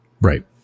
Right